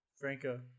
Franco